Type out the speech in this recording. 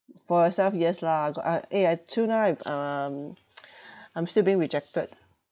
for yourself yes lah got uh eh I till now um I'm still being rejected